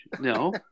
no